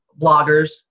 bloggers